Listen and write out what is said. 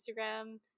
Instagram